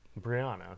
Brianna